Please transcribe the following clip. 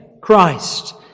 Christ